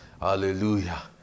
Hallelujah